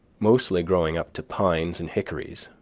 mostly growing up to pines and hickories,